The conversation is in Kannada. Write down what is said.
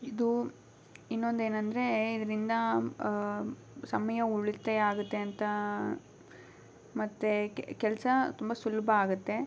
ಇದು ಇನ್ನೊಂದು ಏನಂದರೆ ಇದರಿಂದ ಸಮಯ ಉಳಿತಾಯ ಆಗುತ್ತೆ ಅಂತ ಮತ್ತು ಕೆಲಸ ತುಂಬ ಸುಲಭ ಆಗುತ್ತೆ